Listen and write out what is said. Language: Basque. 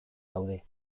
daude